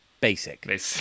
Basic